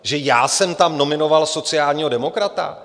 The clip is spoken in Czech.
Že já jsem tam nominoval sociálního demokrata?